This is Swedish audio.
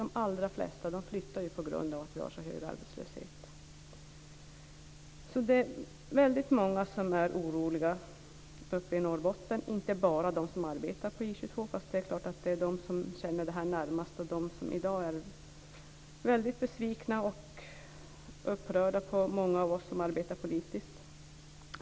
De allra flesta flyttar på grund av den höga arbetslösheten. Det är många som är oroliga i Norrbotten. Det gäller inte bara de som arbetar på I 22, men det är klart att de känner närmast av detta. De är i dag besvikna och upprörda på många av oss som arbetar politiskt.